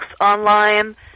online